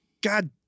God